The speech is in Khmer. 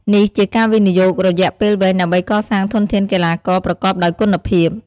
នេះជាការវិនិយោគរយៈពេលវែងដើម្បីកសាងធនធានកីឡាករប្រកបដោយគុណភាព។